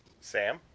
Sam